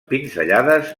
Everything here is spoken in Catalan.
pinzellades